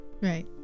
right